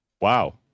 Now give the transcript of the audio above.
Wow